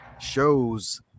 shows